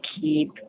keep